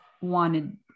wanted